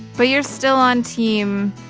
but you're still on team,